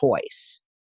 choice